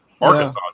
Arkansas